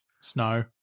Snow